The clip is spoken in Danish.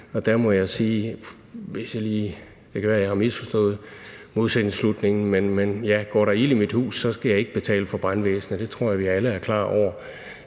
og der må jeg sige – det kan være, at jeg har misforstået modsætningsslutningen – at går der ild i mit hus, skal jeg ikke betale for brandvæsenet. Det tror jeg vi alle er klar over,